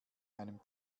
einem